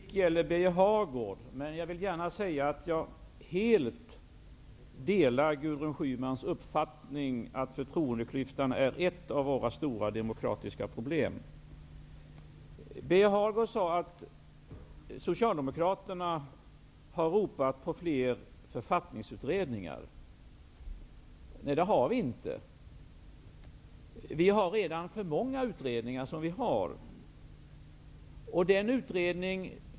Fru talman! Min replik gäller Birger Hagård, men jag vill gärna säga att jag helt delar Gudrun Schymans uppfattning att förtroendeklyftan är ett av våra stora demokratiska problem. Birger Hagård sade att Socialdemokraterna har ropat på fler författningsutredningar. Nej, det har vi inte. Det finns redan för många utredningar.